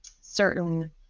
certain